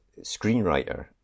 screenwriter